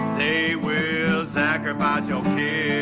they will sacrifice your kid.